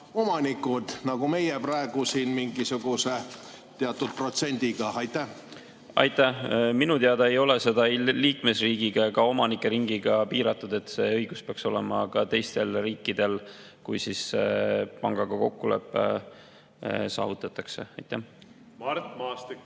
pangaomanikud, nagu meie praegu siin mingisuguse teatud protsendiga [oleme]? Aitäh! Minu teada ei ole seda ei liikmesriigiga ega omanikeringiga piiratud, see õigus peaks olema ka teistel riikidel, kui pangaga kokkulepe saavutatakse. Aitäh! Minu teada